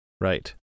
Right